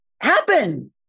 happen